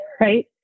right